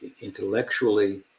intellectually